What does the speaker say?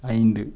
ஐந்து